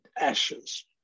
ashes